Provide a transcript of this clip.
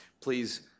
Please